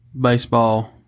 baseball